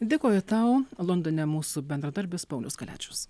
dėkoju tau londone mūsų bendradarbis paulius kaliačius